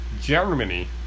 Germany